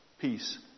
peace